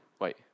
wait